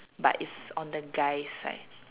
but it's on the guy's side